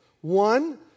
one